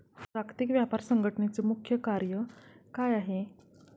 जागतिक व्यापार संघटचे मुख्य कार्य काय आहे?